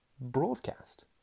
broadcast